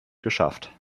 geschafft